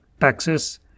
taxes